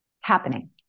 happening